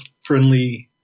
friendly